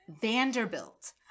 Vanderbilt